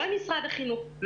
לא עם משרד החינוך,